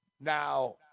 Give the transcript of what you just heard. Now